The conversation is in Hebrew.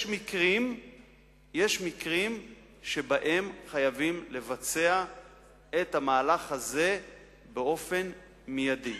יש מקרים שבהם חייבים לבצע את המהלך הזה באופן מיידי.